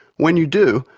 when you do,